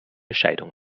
scheidung